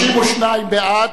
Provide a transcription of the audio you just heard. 32 בעד,